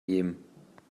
jemen